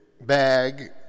BAG